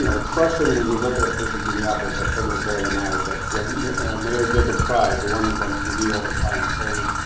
you know it's frustrating when you look at a place in minneapolis, and phil knows better than i, but when mayor jacob frey, the one who's on tv all the time, saying